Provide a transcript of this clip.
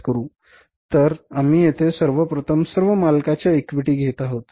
तर आम्ही येथे सर्वप्रथम सर्व मालकाच्या इक्विटी घेत आहोत